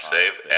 Save